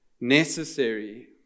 Necessary